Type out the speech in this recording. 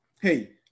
hey